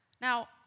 Now